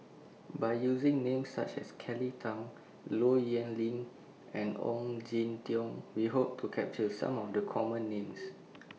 By using Names such as Kelly Tang Low Yen Ling and Ong Jin Teong We Hope to capture Some of The Common Names